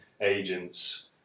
agents